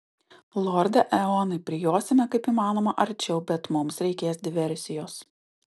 lorde eonai prijosime kaip įmanoma arčiau bet mums reikės diversijos